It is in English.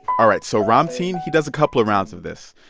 all right, so ramtin, he does a couple of rounds of this,